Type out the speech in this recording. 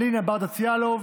אלינה ברדץ' יאלוב,